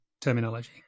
terminology